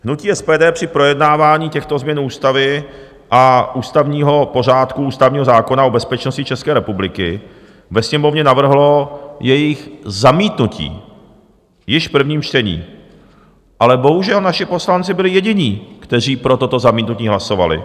Hnutí SPD při projednávání těchto změn ústavy a ústavního pořádku, ústavního zákona o bezpečnosti České republiky ve Sněmovně navrhlo jejich zamítnutí již v prvním čtení, ale bohužel, naši poslanci byli jediní, kteří pro toto zamítnutí hlasovali.